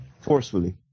forcefully